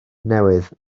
newydd